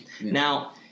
Now